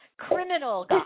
criminal